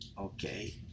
Okay